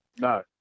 No